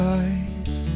eyes